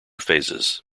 phases